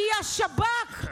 כי השב"כ,